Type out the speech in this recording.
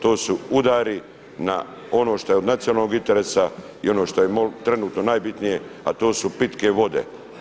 To su udari na ono što je od nacionalnog interesa i ono što je trenutno najbitnije, a to su pitke vode.